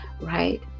right